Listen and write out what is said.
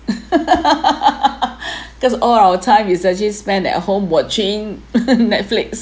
because all our time is actually spend at home watching Netflix